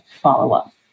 follow-up